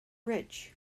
rich